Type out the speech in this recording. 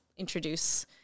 introduce